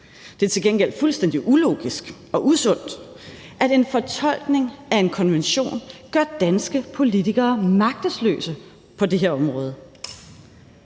Det er til gengæld fuldstændig ulogisk og usundt, at en fortolkning af en konvention gør danske politikere magtesløse på det her område.